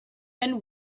and